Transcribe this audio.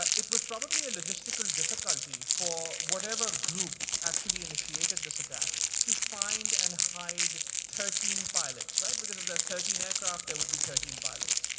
ah it was probably a logistical difficulty for whatever group actually initiated this attack to find and hide thirteen pilots. right? because for those thirteen aircraft, there would be thirteen pilots.